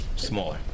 smaller